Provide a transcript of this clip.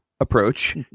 approach